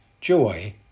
joy